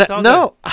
No